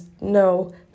No